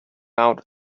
out